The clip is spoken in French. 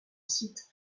site